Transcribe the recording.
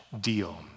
deal